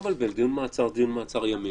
מבלבל דיון מעצר זה דיון מעצר ימים.